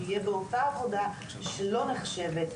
אהיה באותה עבודה שלא נחשבת,